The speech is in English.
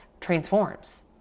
transforms